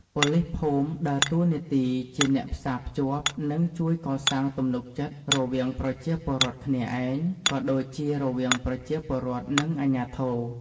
ប៉ូលីសភូមិដើរតួនាទីជាអ្នកផ្សារភ្ជាប់ និងជួយកសាងទំនុកចិត្តរវាងប្រជាពលរដ្ឋគ្នាឯង ក៏ដូចជារវាងប្រជាពលរដ្ឋ និងអាជ្ញាធរ។